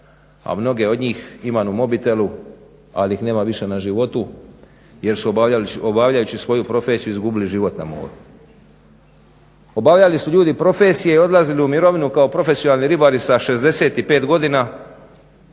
a mnoge od njih imam u mobitelu, ali ih nema više na životu jer su obavljajući svoju profesiju izgubili život na moru. Obavljali su ljudi profesije i odlazili u mirovinu kao profesionalni ribari sa 65 godina